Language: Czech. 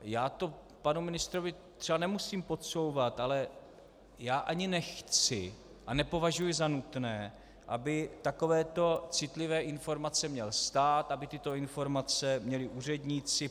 Já to panu ministrovi třeba nemusím podsouvat, ale ani nechci a nepovažuji za nutné, aby takovéto citlivé informace měl stát, aby tyto informace měli úředníci.